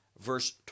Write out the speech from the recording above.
Verse